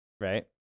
Right